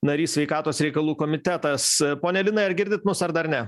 narys sveikatos reikalų komitetas pone linai ar girdit mus ar dar ne